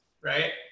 right